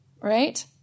right